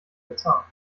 verzahnt